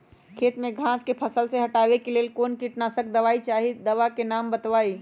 खेत में घास के फसल से हटावे के लेल कौन किटनाशक दवाई चाहि दवा का नाम बताआई?